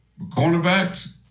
Cornerbacks